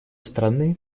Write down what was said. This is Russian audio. стороны